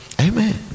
Amen